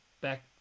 back